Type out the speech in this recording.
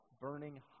burning